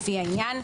לפי העניין,